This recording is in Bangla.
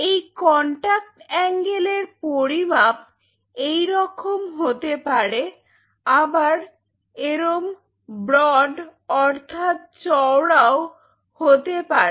এই কন্টাক্ট অ্যাঙ্গেলের পরিমাপ এই রকম হতে পারে আবার এরম ব্রড অর্থাৎ চওড়াও হতে পারে